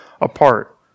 apart